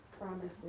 promises